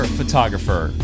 photographer